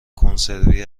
کنسروی